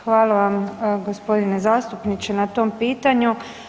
Hvala vam, g. zastupniče na tom pitanju.